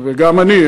וגם אני,